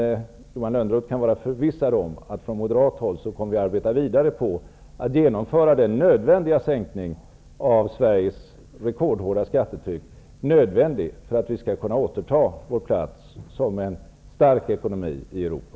Johan Lönnroth kan vara förvissad om att vi från moderat håll kommer att arbeta vidare på att genomföra den sänkning av Sveriges rekordhårda skattetryck som är nödvändig för att Sverige skall kunna återta sin plats som en stark ekonomisk nation i Europa.